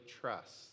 trust